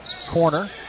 corner